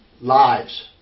lives